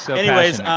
so anyways,